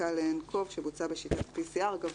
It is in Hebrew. בדיקה ל-nCoV שבוצעה בשיטת PCR; אגב,